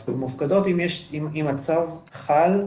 מופקדות אם הצו חל,